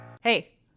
Hey